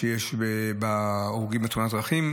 שיש בהרוגים בתאונות הדרכים.